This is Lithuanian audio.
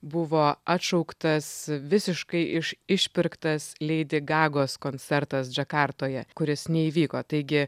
buvo atšauktas visiškai iš išpirktas lady gagos koncertas džakartoje kuris neįvyko taigi